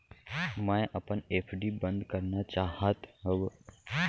मै अपन एफ.डी बंद करना चाहात हव